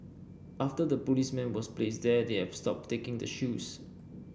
after the policeman was placed there they've stopped taking the shoes